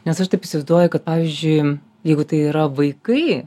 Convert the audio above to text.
nes aš taip įsivaizduoju kad pavyzdžiui jeigu tai yra vaikai